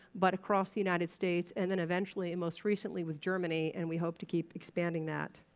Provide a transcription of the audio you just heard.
but across the united states and then eventually, and most recently with germany, and we hope to keep expanding that.